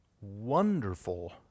wonderful